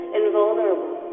invulnerable